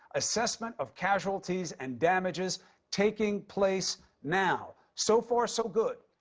assessment of casualties and damages taking place now. so far, so good.